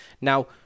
Now